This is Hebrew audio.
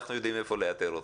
אנחנו יודעים איפה לאתר אותך.